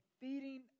feeding